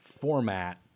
format